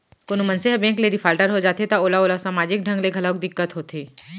कोनो मनसे ह बेंक ले डिफाल्टर हो जाथे त ओला ओला समाजिक ढंग ले घलोक दिक्कत होथे